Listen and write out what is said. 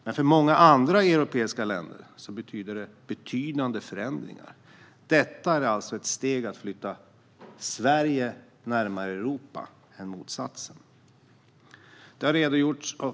Men för många andra europeiska länder innebär det betydande förändringar. Detta är alltså ett steg för att flytta Europa närmare Sverige, snarare än motsatsen.